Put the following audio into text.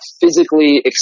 physically